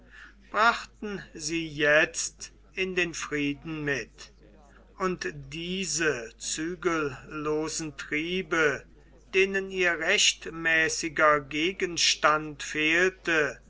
brachten sie jetzt in den frieden mit und diese zügellosen triebe denen ihr rechtmäßiger gegenstand fehlte